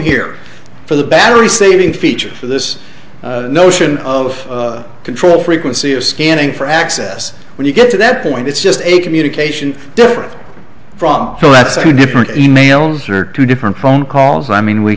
here for the battery saving feature for this notion of control frequency of scanning for access when you get to that point it's just a communication different from oh that's a different emails or two different phone calls i mean we